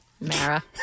Mara